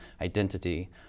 identity